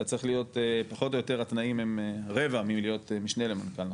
אתה צריך להיות פחות או יותר התנאים הם רבע מלהיות משנה למנכ"ל.